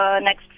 next